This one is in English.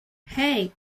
hey